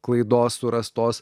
klaidos surastos